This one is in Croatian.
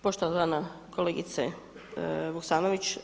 Poštovana kolegice Vuksanović.